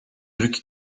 druk